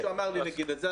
מישהו אחר לי להגיד את זה,